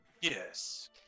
Yes